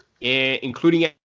including